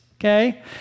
okay